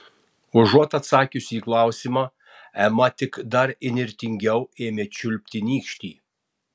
užuot atsakiusi į klausimą ema tik dar įnirtingiau ėmė čiulpti nykštį